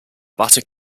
butte